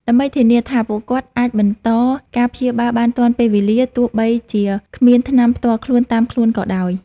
ដើម្បីធានាថាពួកគាត់អាចបន្តការព្យាបាលបានទាន់ពេលវេលា ទោះបីជាគ្មានថ្នាំផ្ទាល់ខ្លួនតាមខ្លួនក៏ដោយ។